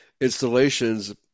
installations